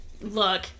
look